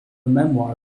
memoir